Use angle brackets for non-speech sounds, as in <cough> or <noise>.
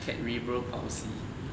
catrebral palsy <laughs>